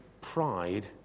pride